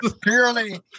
purely